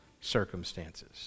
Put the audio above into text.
circumstances